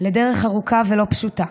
לדרך ארוכה ולא פשוטה,